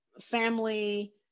family